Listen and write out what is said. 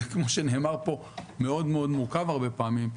כמו שנאמר פה זה מאוד מאוד מורכב הרבה פעמים,